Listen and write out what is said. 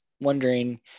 wondering